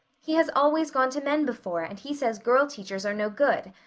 he has always gone to men before and he says girl teachers are no good.